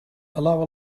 alaba